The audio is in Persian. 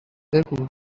بگو